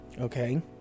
Okay